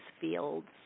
fields